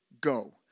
go